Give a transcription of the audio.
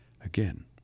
Again